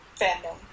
fandom